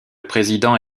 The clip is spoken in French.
président